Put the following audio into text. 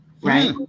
right